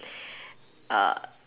err